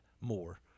more